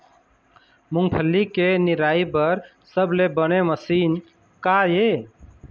मूंगफली के निराई बर सबले बने मशीन का ये?